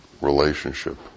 relationship